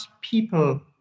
people